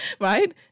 right